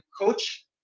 coach